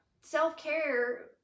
self-care